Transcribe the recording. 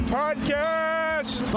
podcast